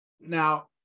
now